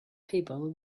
people